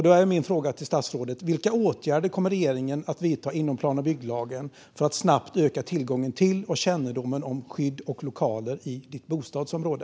Då är min fråga till statsrådet: Vilka åtgärder kommer regeringen att vidta inom plan och bygglagen för att snabbt öka tillgången till och kännedomen om skydd och lokaler i ens bostadsområde?